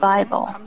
Bible